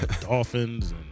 Dolphins